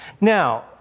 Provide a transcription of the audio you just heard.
Now